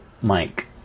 Mike